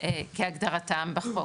כהגדרתם בחוק.